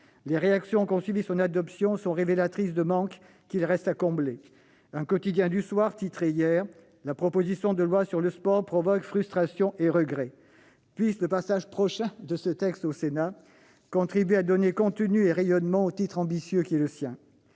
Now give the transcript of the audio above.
Les réactions qui ont suivi son adoption sont révélatrices de manques qu'il reste à combler. Un quotidien du soir titrait hier :« La proposition de loi sur le sport provoque frustration et regrets. » Puisse l'examen prochain de ce texte au Sénat contribuer à donner contenu et rayonnement au titre ambitieux qui est le sien.